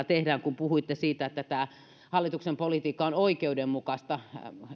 tehdään kun puhuitte siitä että tämä hallituksen politiikka on oikeudenmukaista